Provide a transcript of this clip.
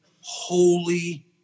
holy